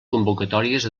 convocatòries